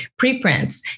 preprints